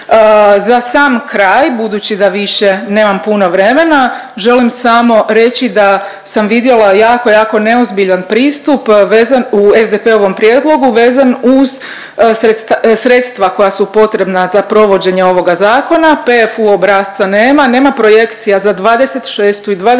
Za sam kraj budući da više nemam puno vremena želim samo reći da sam vidjela jako, jako neozbiljan pristup vezan u SDP-ovom prijedlogu vezan uz sredstva koja su potrebna za provođenje ovoga zakona PFU obrasca nema, nema projekcija za '26. i '27.